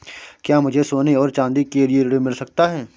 क्या मुझे सोने और चाँदी के लिए ऋण मिल सकता है?